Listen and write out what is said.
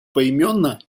поименно